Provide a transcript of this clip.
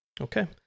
Okay